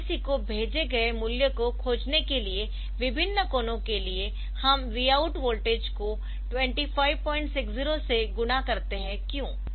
DAC को भेजे गए मूल्य को खोजने के लिए विभिन्न कोणों के लिए हम Vout वोल्टेज को 2560 से गुणा करते है क्यों